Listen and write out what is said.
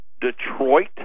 Detroit